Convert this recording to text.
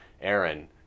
Aaron